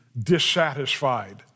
dissatisfied